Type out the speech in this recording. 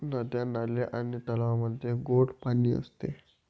नद्या, नाले आणि तलावांमध्ये गोड पाणी असते